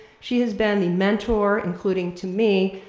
she has been the mentor, including to me,